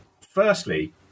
Firstly